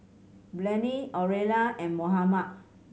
Blane Aurilla and Mohammed